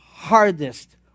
Hardest